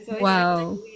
Wow